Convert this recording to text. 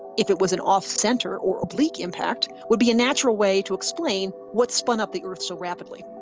if it was an off-centre or oblique impact, would be a natural way to explain what spun up the earth so rapidly.